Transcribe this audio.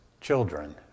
children